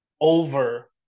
over